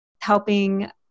helping